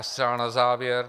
7. Zcela na závěr.